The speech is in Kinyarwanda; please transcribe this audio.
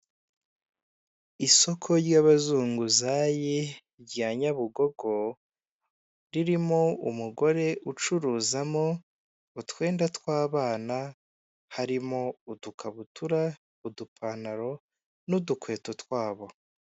Isoko ry'abazunguzayi rya nyabugogo ririmo umugore ucuruzamo utwenda tw'abana harimo udukabutura, udupantaro n'udukweto twabo.